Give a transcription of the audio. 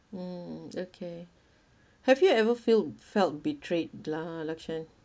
mm okay have you ever filled felt betrayed la~ lakshen